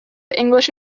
english